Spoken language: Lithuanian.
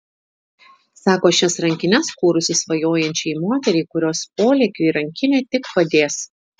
sako šias rankines kūrusi svajojančiai moteriai kurios polėkiui rankinė tik padės